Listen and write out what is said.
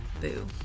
Boo